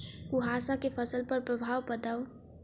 कुहासा केँ फसल पर प्रभाव बताउ?